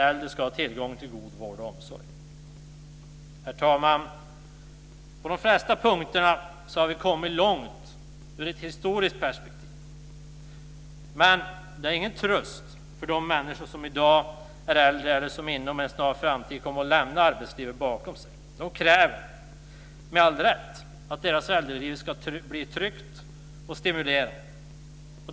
Herr talman! På de flesta av dessa punkter har vi kommit långt ur ett historiskt perspektiv. Men det är ingen tröst för de människor som i dag är äldre eller som inom en snar framtid kommer att lämna arbetslivet bakom sig. De kräver med all rätt att deras liv som äldre ska bli tryggt och stimulerande.